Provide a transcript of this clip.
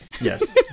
Yes